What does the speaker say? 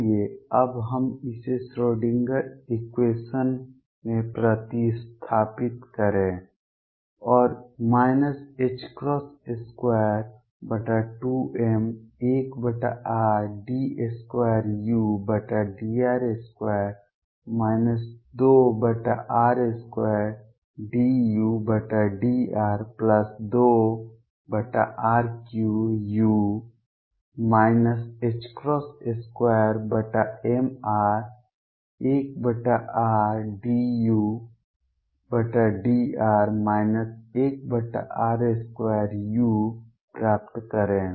आइए अब हम इसे श्रोडिंगर इक्वेशन में प्रतिस्थापित करें और 22m1r d2udr2 2r2dudr2r3u 2mr1rdudr 1r2u प्राप्त करें